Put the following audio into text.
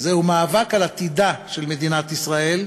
זהו מאבק על עתידה של מדינת ישראל.